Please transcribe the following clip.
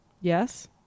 Yes